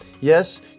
Yes